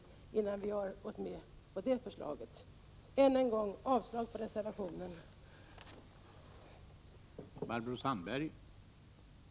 1987/88:42 Än en gång yrkar jag avslag på reservationen. 10 december 1987